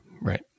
Right